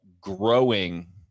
growing